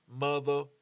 mother